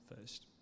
first